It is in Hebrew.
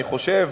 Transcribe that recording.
אני חושב,